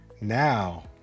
Now